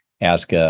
ask